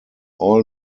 all